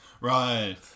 Right